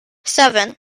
seven